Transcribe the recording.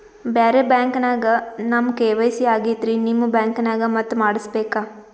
ಬ್ಯಾರೆ ಬ್ಯಾಂಕ ನ್ಯಾಗ ನಮ್ ಕೆ.ವೈ.ಸಿ ಆಗೈತ್ರಿ ನಿಮ್ ಬ್ಯಾಂಕನಾಗ ಮತ್ತ ಮಾಡಸ್ ಬೇಕ?